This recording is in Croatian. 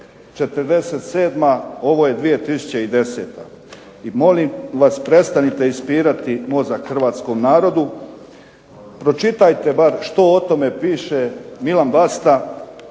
47. ovo je 10. i molim vas prestanite ispirati mozak Hrvatskom narodu, pročitajte bar što o tome piše Milan Basta